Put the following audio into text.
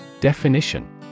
Definition